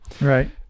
Right